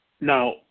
now